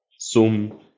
Zoom